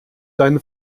deine